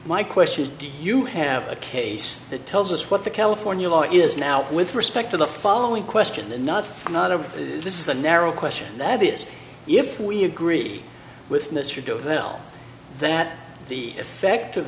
my question is do you have a case that tells us what the california law is now with respect to the following question and not not a this is a narrow question that is if we agree with mr dove well that the effect of